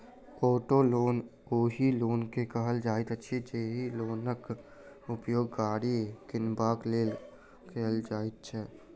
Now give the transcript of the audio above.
auto loan ओहि loan के कहल जाइत अछि, जाहि लोनक उपयोग गाड़ी किनबाक लेल कयल जाइत छै